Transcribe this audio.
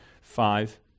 five